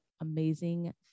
amazing